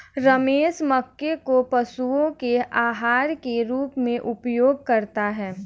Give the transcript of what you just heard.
रमेश मक्के को पशुओं के आहार के रूप में उपयोग करता है